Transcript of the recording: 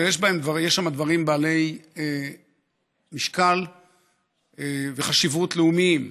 אבל יש שם דברים בעלי משקל וחשיבות לאומיים,